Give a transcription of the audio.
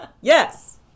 yes